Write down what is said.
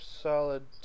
Solid